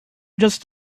just